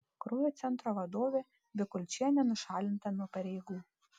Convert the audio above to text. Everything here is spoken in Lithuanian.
kraujo centro vadovė bikulčienė nušalinta nuo pareigų